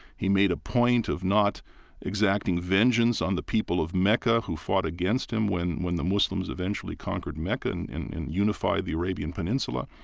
he made a point of not exacting vengeance on the people of mecca who fought against him when when the muslims eventually conquered mecca and unified the arabian peninsula.